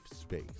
space